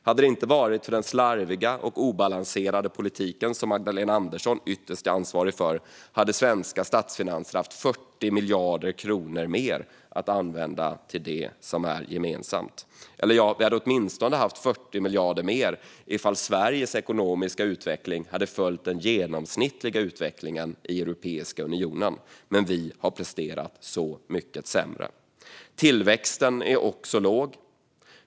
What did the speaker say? Hade det inte varit för den slarviga och obalanserade politiken, som Magdalena Andersson ytterst är ansvarig för, hade svenska statsfinanser haft 40 miljarder kronor mer att använda till det som är gemensamt. Vi hade åtminstone haft 40 miljarder mer ifall Sveriges ekonomiska utveckling hade följt den genomsnittliga utvecklingen i Europeiska unionen, men vi har presterat mycket sämre. Tillväxten är också låg.